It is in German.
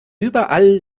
überall